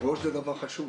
ופה בצומת הזה מימין, ממזרח,